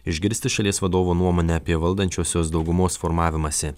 išgirsti šalies vadovo nuomonę apie valdančiosios daugumos formavimąsi